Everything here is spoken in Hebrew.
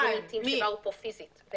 --- ארגונים שבאו לכאן פיזית.